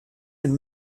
and